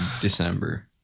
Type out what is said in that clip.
December